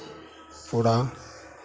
पूरा